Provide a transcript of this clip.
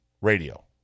radio